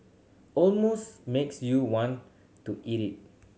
almost makes you want to eat it